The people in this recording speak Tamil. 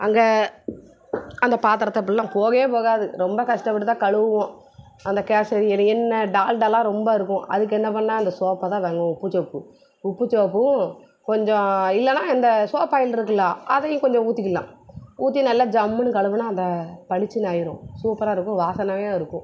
அங்கே அந்த பாத்திரத்தை போகவே போகாது ரொம்ப கஷ்டப்பட்டு தான் கழுவுவோம் அந்த கேசரி எரி எண்ணெய் டால் டால்லா ரொம்ப இருக்கும் அதுக்கு என்ன பண்ண அந்த சோப்பை தான் வாங்குவேன் உப்பு சோப்பு உப்பு சோப்பு கொஞ்சம் இல்லைன்னா இந்த சோப்பு ஆயில் இருக்குல்ல அதையும் கொஞ்சம் ஊற்றிக்கலாம் ஊற்றி நல்லா ஜம்முன்னு கழுவுனா அந்த பளிச்சுன்னு ஆயிரும் சூப்பராக இருக்கும் வாசனையாக இருக்கும்